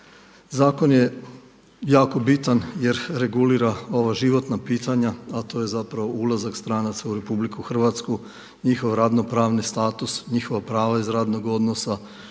Zakon je jako bitan jer regulira ova životna pitanja, a to je ulazak stranaca u RH, njihov radnopravni status, njihova prava iz radnog odnosa,